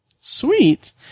Sweet